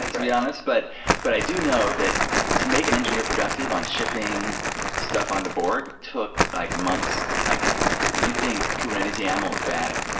to be honest. but but i do know that to make an engineer productive on shipping stuff on the borg took like months. like you think kubernetes yaml is bad.